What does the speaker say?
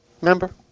Remember